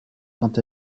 quant